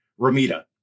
Ramita